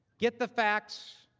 get the facts,